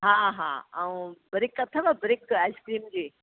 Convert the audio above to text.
हा हा ऐं ब्रिक अथव ब्रिक आइस्क्रीम जी